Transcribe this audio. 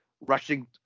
Rushing